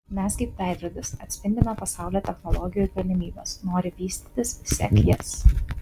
mes kaip veidrodis atspindime pasaulio technologijų galimybes nori vystytis sek jas